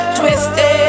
twisted